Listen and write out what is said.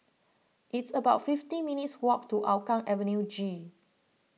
it's about fifty minutes' walk to Hougang Avenue G